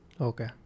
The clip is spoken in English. Okay